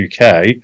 UK